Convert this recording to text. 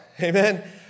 amen